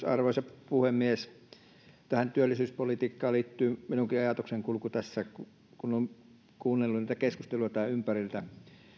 arvoisa puhemies tähän työllisyyspolitiikkaan liittyy minunkin ajatuksenkulkuni tässä kun olen kuunnellut keskusteluja tämän ympäriltä